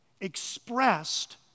expressed